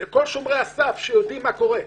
זה כל שומרי הסף שיודעים מה קורה.